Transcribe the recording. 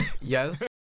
Yes